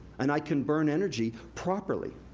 and i can burn energy properly.